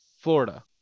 Florida